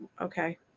okay